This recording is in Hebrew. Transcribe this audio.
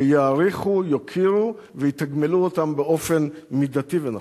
שיעריכו, יוקירו ויתגמלו אותם באופן מידתי ונכון.